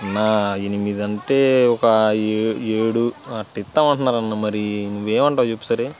నా ఎనిమిదంటే ఒక ఏ ఏడు అట్టా ఇస్తామంటున్నారు అన్నా మరి నువ్వేమంటావ్ చెప్పు సరే